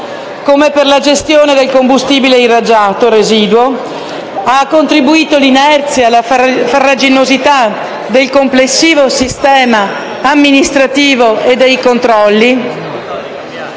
come per la gestione del combustibile irraggiato residuo. Ha contribuito l'inerzia, la farraginosità del complessivo sistema amministrativo e dei controlli.